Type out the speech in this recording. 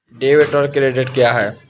Debit और credit क्या है?